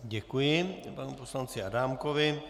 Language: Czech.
Děkuji panu poslanci Adámkovi.